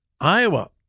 Iowa